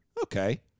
okay